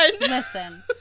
listen